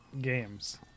games